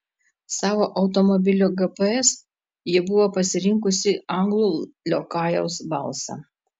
savo automobilio gps ji buvo pasirinkusi anglų liokajaus balsą